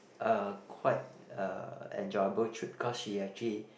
a quite a enjoyable trip because she actually